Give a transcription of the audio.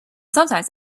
sometimes